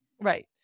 right